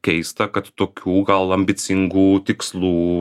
keista kad tokių gal ambicingų tikslų